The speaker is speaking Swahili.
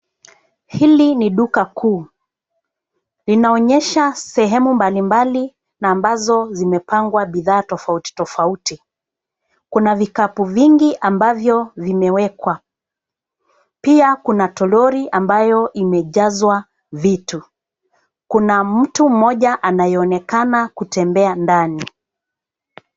Hili ni duka kuu. Linaonyesha sehemu mbalimbali na ambazo zimepangwa bidhaa tofauti tofauti. Kuna vikapu vingi ambavyo vimewekwa. Pia kuna toroli ambayo imejazwa vitu. Kuna mtu mmoja anayeonekana kutembea ndani.